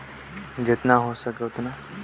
टमाटर म कतना कतना कीटनाशक कर प्रयोग मै कर सकथव?